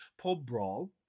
PubBrawl